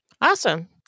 awesome